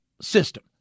system